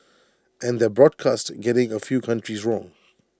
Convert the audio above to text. and their broadcast getting A few countries wrong